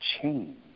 change